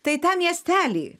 tai tam miestely